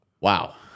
Wow